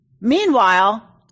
meanwhile